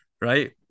Right